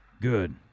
Good